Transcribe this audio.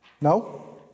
No